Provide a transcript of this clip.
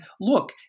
look